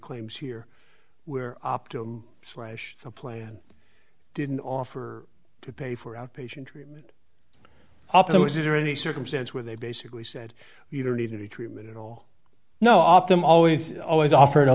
claims here where optum slash plan didn't offer to pay for outpatient treatment although is there any circumstance where they basically said you don't need any treatment at all no off them always always offered a